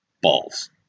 balls